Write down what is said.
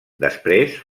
després